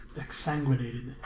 Exsanguinated